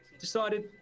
decided